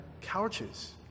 couches